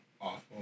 awful